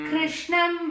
Krishnam